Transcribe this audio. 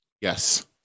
Yes